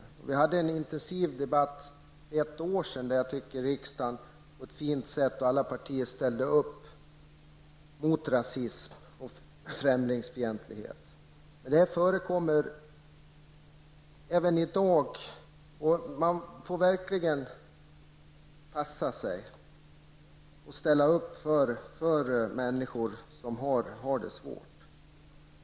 För ett år sedan hade vi en intensiv debatt där jag tycker att riksdagen och alla partier ställde upp få ett fint sätt mot rasism och främlingsfientlighet. Rasismen finns även i dag, och man får verkligen passa sig och ställa upp för människor som har det svårt.